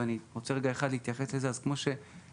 ואני רוצה רגע להתייחס לזה: אז כמו שהוזכר,